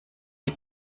die